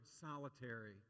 solitary